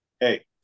Hey